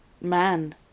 man